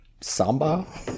Samba